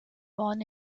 born